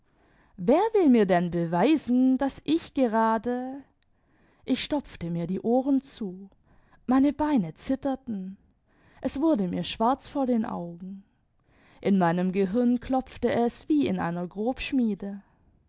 wer will mir denn beweisen daß ich gerade ich stopfte mir die ohren zu meine beine zitterten es wurde mir schwarz vor den augen in meinem gehirn klopfte es wie in einer